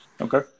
Okay